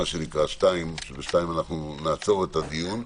בשעה 14:00. ב-14:00 נעצור את הדיון,